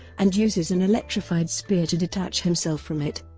and uses an electrified spear to detach himself from it.